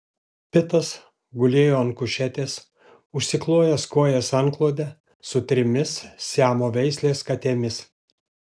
pitas gulėjo ant kušetės užsiklojęs kojas antklode su trimis siamo veislės katėmis